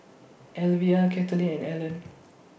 Alivia Katelin and Allan